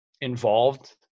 involved